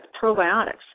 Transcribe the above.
probiotics